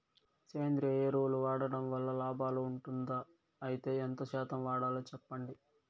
సేంద్రియ ఎరువులు వాడడం వల్ల లాభం ఉంటుందా? అయితే ఎంత శాతం వాడాలో చెప్పండి?